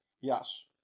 Yes